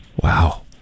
Wow